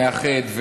מאחד,